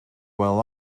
well